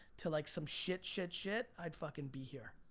to like some shit, shit, shit, i'd fucking be here,